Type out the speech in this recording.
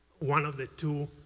one of the two,